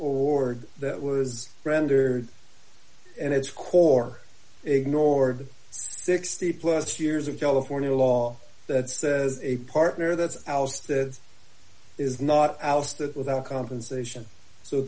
orde that was rendered and its core ignored sixty plus years of california law that says a partner that's ousted is not ousted without compensation so